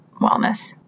wellness